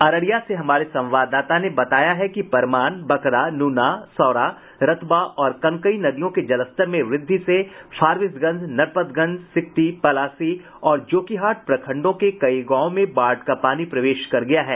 अररिया से हमारे संवाददाता ने बताया है कि परमान बकरा नूना सौरा रतवा और कनकई नदियों के जलस्तर में वृद्धि से फारबिसगंज नरपतगंज सिकटी पलासी और जोकीहाट प्रखंडों के कई गांवों में बाढ़ का पानी प्रवेश कर गया है